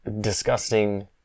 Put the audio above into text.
disgusting